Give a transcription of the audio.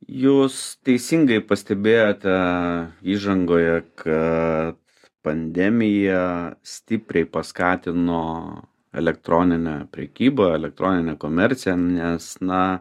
jūs teisingai pastebėjote įžangoje kad pandemija stipriai paskatino elektroninę prekybą elektroninę komerciją nes na